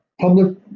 public